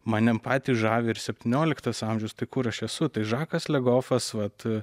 mane patį žavi ir septynioliktas amžius tai kur aš esu tai žakas legofas vat